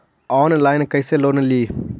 Online कैसे loan ली?